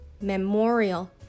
Memorial